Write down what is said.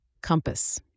Compass